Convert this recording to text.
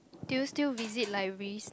do you still visit libraries